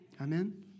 Amen